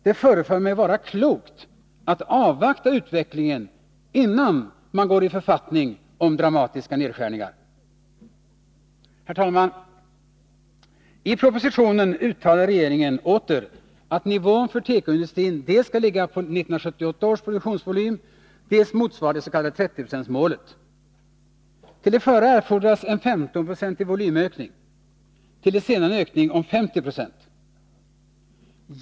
Det förefaller mig vara klokt att avvakta utvecklingen innan man går i författning om dramatiska nedskärningar. Herr talman! I propositionen uttalar regeringen åter att nivån för tekoindustrin dels skall ligga på 1978 års produktionsvolym, dels skall motsvara det s.k. 30-procentsmålet. Till det förra erfordras en 15-procentig volymökning, till det senare en ökning om 50 90.